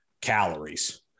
calories